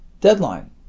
deadline